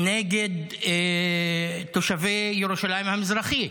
נגד תושבי ירושלים המזרחית,